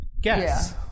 guess